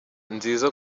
nziza